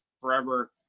forever